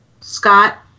Scott